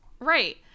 Right